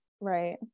Right